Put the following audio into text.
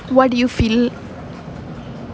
why do you feel